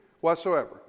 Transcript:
whatsoever